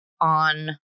on